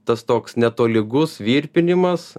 tas toks netolygus virpinimas